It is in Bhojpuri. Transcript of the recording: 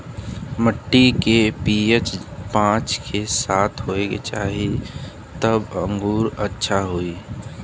मट्टी के पी.एच पाँच से सात होये के चाही तबे अंगूर अच्छा होई